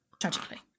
Tragically